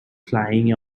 flying